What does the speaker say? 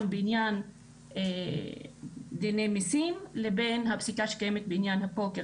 בעניין דיני מיסים לבין הפסיקה שקיימת בעניין הפוקר,